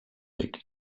make